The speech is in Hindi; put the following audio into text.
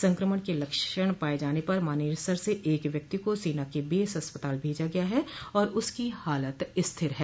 संक्रमण के लक्षण पाये जाने पर मानेसर से एक व्यक्ति को सेना के बेस अस्पताल में भेजा गया है आर उसकी हालत स्थिर है